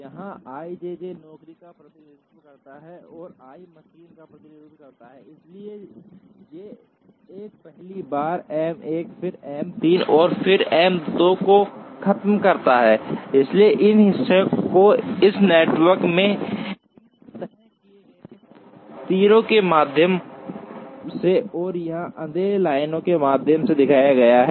यहां ijj नौकरी का प्रतिनिधित्व करता है और i मशीन का प्रतिनिधित्व करता है इसलिए जे 1 पहली बार एम 1 फिर एम 3 और फिर एम 2 और खत्म करता है इसलिए इस हिस्से को इस नेटवर्क में इन तय किए गए तीरों के माध्यम से और यहां अंधेरे लाइनों के माध्यम से दिखाया गया है